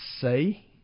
say